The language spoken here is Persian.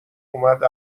اومد